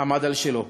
עמד על שלו.